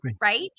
right